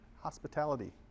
hospitality